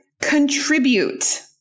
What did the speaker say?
contribute